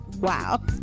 wow